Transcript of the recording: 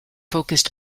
focused